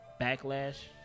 backlash